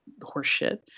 horseshit